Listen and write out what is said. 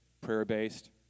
prayer-based